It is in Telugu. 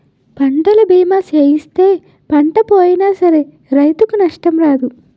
పంటల బీమా సేయిస్తే పంట పోయినా సరే రైతుకు నష్టం రాదు